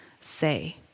say